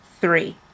Three